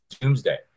doomsday